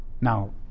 Now